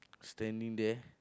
standing there